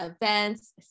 events